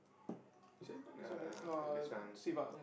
uh this one